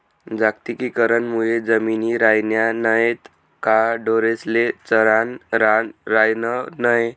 जागतिकीकरण मुये जमिनी रायन्या नैत का ढोरेस्ले चरानं रान रायनं नै